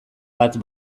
bat